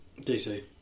DC